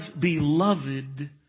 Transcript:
beloved